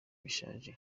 bishaje